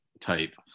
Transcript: type